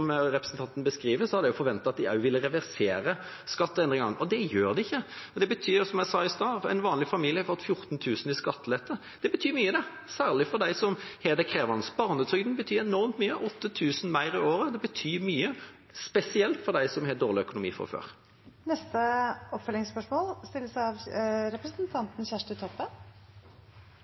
representanten Henriksen beskriver, hadde jeg forventet at de også ville reversere skatteendringene. Det gjør de ikke, og det betyr, som jeg sa i stad, at en vanlig familie har fått 14 000 kr i skattelette. Det betyr mye, det, særlig for dem som har det krevende. Barnetrygden betyr enormt mye – 8 000 kr mer i året betyr mye, spesielt for dem som har dårlig økonomi fra før. Kjersti Toppe – til oppfølgingsspørsmål.